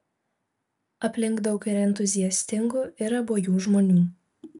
aplink daug ir entuziastingų ir abuojų žmonių